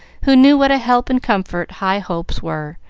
who knew what a help and comfort high hopes were,